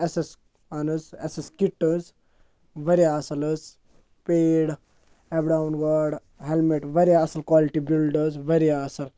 S اٮ۪س اَن حظ اٮ۪س اٮ۪س کِٹ حٕظ واریاہ اَصٕل حظ pad up down guard helmet واریاہ اَصٕل کالٹی بِلڈ حظ واریاہ اَصٕل